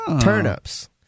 Turnips